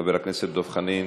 חבר הכנסת דב חנין,